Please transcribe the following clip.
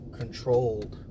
controlled